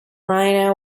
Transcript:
rhino